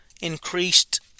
increased